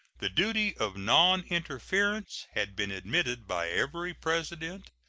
the duty of noninterference had been admitted by every president.